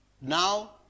Now